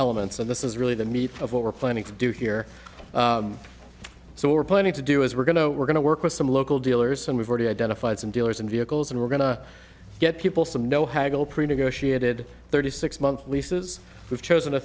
elements and this is really the meat of what we're planning to do here so we're planning to do is we're going to we're going to work with some local dealers and we've already identified some dealers and vehicles and we're going to get people some no haggle pre negotiated thirty six month leases we've chosen a